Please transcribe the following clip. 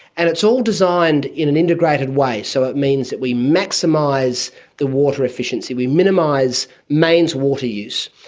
and it's all designed in an integrated way, so it means that we maximise the water efficiency, we minimise mains water use.